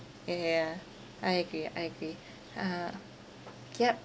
ya ya ya I agree I agree uh yup